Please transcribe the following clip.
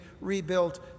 rebuilt